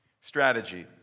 Strategy